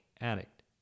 addict